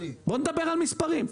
בוא נדבר על מספרים.